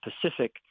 Pacific